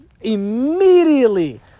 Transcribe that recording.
immediately